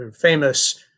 famous